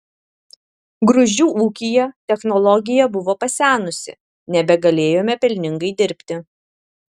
gruzdžių ūkyje technologija buvo pasenusi nebegalėjome pelningai dirbti